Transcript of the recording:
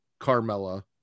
Carmella